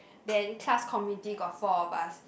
then class committee got four of us